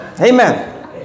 Amen